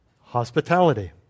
hospitality